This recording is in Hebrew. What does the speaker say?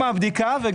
מהבדיקה.